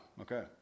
Okay